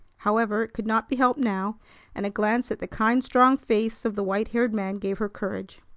however, it could not be helped now and a glance at the kind, strong face of the white-haired man gave her courage.